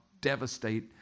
devastate